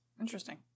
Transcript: Interesting